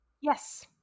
Yes